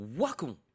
Welcome